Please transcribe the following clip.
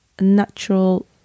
natural